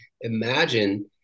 imagine